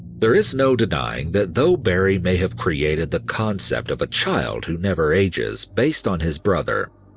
there is no denying that though barrie may have created the concept of a child who never ages based on his brother,